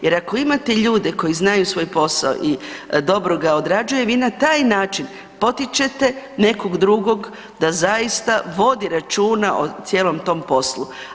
Jer ako imate ljude koji znaju svoj posao i dobro ga odrađuje, vi na taj način potičete nekog drugog da zaista vodi računa o cijelom tom poslu.